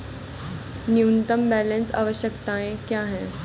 न्यूनतम बैलेंस आवश्यकताएं क्या हैं?